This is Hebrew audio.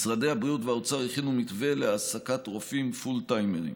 משרדי הבריאות והאוצר הכינו מתווה להעסקת רופאים פול טיימרים.